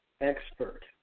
expert